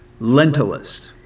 Lentilist